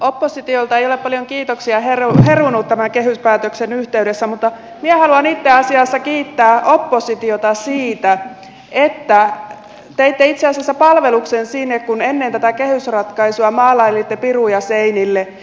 oppositiolta ei ole paljon kiitoksia herunut tämän kehyspäätöksen yhteydessä mutta minä haluan itse asiassa kiittää oppositiota siitä että teitte itse asiassa palveluksen siinä kun ennen tätä kehysratkaisua maalailitte piruja seinille